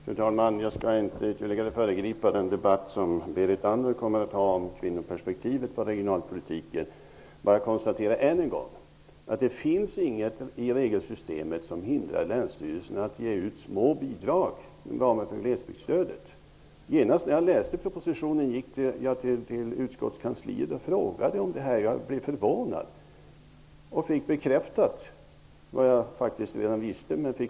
Fru talman! Jag skall inte ytterligare föregripa den debatt som Berit Andnor kommer att föra om kvinnoperspektivet inom regionalpolitiken. Jag vill bara än en gång konstatera att det inte finns något i regelsystemet som hindrar länsstyrelserna att ge ut små bidrag inom ramen för glesbygdsstödet. Genast när jag hade läst propositionen gick jag till utskottskansliet och frågade. Jag hade blivit förvånad, och jag fick bekräftat vad jag redan visste.